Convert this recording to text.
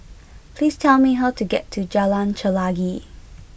please tell me how to get to Jalan Chelagi